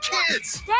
kids